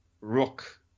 rook